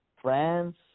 France